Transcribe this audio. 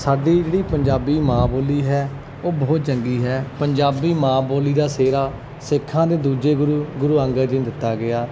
ਸਾਡੀ ਜਿਹੜੀ ਪੰਜਾਬੀ ਮਾਂ ਬੋਲੀ ਹੈ ਉਹ ਬਹੁਤ ਚੰਗੀ ਹੈ ਪੰਜਾਬੀ ਮਾਂ ਬੋਲੀ ਦਾ ਸਿਹਰਾ ਸਿੱਖਾਂ ਦੇ ਦੂਜੇ ਗੁਰੂ ਗੁਰੂ ਅੰਗਦ ਜੀ ਦਿੱਤਾ ਗਿਆ